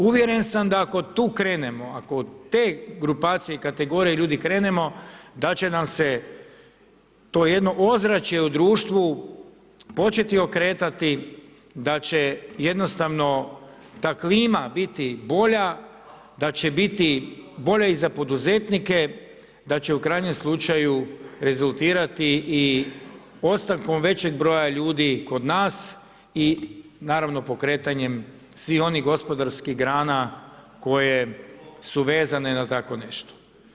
Uvjeren sam da ako od tu krenemo, ako od te grupacije i kategorije ljudi krenemo da će nam se to jedno ozračje u društvu početi okretati, da će jednostavno ta klima biti bolja, da će biti bolja i za poduzetnike, da će u krajnjem slučaju rezultirati i ostavkom većeg broja ljudi kod nas i naravno pokretanjem svih onih gospodarskih grana koje su vezane na tako nešto.